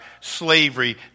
slavery